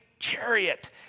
chariot